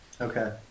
Okay